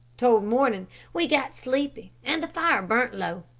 toward morning we got sleepy, and the fire burnt low,